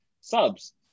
subs